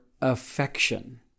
affection